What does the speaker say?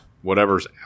Whatever's